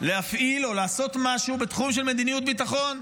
להפעיל או לעשות משהו בתחום של מדיניות ביטחון.